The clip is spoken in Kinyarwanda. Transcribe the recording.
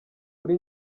kuri